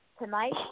tonight